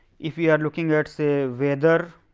if we are looking at say weather